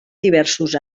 diversos